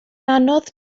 anodd